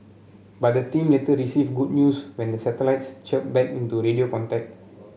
but the team later received good news when the satellites chirped back into radio contact